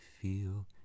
feel